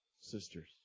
sisters